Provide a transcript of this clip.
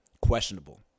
questionable